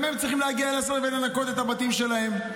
גם הם צריכים להגיע לליל הסדר ולנקות את הבתים שלהם,